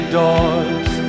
doors